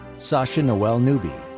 sasha noelle newby.